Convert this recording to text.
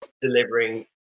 delivering